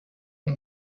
اون